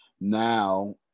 now